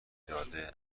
داده